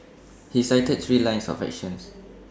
he cited three lines of action